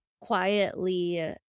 quietly